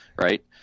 right